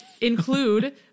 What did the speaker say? Include